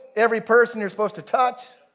every person you're supposed to touch.